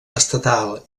estatal